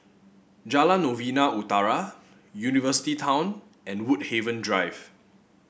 Jalan Novena Utara University Town and Woodhaven Drive